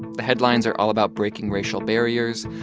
the headlines are all about breaking racial barriers.